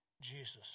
Jesus